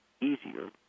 easier